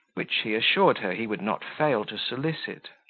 which he assured her he would not fail to solicit.